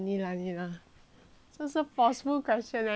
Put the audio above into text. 这是 forceful question eh it's not a choice wait